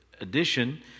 edition